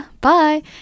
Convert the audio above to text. Bye